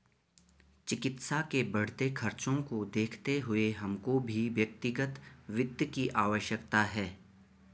चिकित्सा के बढ़ते खर्चों को देखते हुए हमको भी व्यक्तिगत वित्त की आवश्यकता है